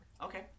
Okay